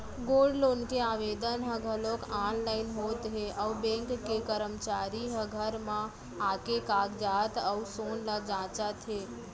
gold loan के आवेदन ह घलौक आनलाइन होत हे अउ बेंक के करमचारी ह घर म आके कागजात अउ सोन ल जांचत हे